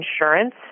insurance